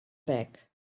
back